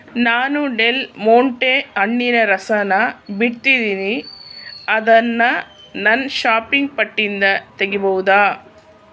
ನಾನು Del Monte ಹಣ್ಣಿನ ರಸನ ಬಿಟ್ಟಿದ್ದೀನಿ ಅದನ್ನು ನನ್ನ ಶಾ ಪಿಂಗ್ ಪಟ್ಟಿಯಿಂದ ತೆಗಿಬಹುದ